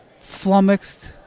flummoxed